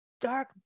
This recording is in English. dark